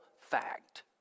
fact